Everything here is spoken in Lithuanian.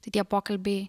tai tie pokalbiai